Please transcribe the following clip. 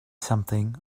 something